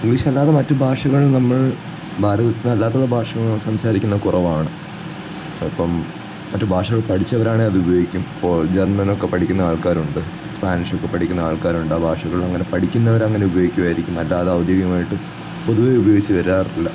ഇംഗ്ലീഷല്ലാതെ മറ്റു ഭാഷകൾ നമ്മൾ ഭാരത്തിലല്ലാത്ത ഭാഷകൾ സംസാരിക്കുന്നതു കുറവാണ് അപ്പോള് മറ്റു ഭാഷകൾ പഠിച്ചവരാണേ അതുപയോഗിക്കും ഇപ്പോൾ ജർമ്മനൊക്കെ പഠിക്കുന്ന ആൾക്കാരുണ്ട് സ്പാനിഷൊക്കെ പഠിക്കുന്ന ആൾക്കാരുണ്ടാവാം ഭാഷകളങ്ങനെ പഠിക്കുന്നവരങ്ങനെ ഉപയോഗിക്കുമായിരിക്കും അല്ലാതെ ഔദ്യോഗികമായിട്ട് പൊതുവേ ഉപയോഗിച്ച് വരാറില്ല